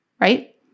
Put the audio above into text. right